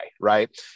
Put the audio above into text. Right